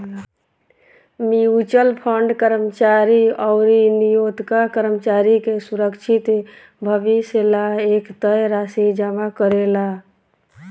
mutual fund कर्मचारी अउरी नियोक्ता कर्मचारी के सुरक्षित भविष्य ला एक तय राशि जमा करेला